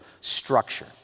structure